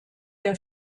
der